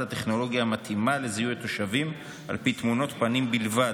הטכנולוגיה המתאימה לזיהוי תושבים על פי תמונות פנים בלבד